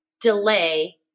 Delay